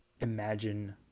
imagine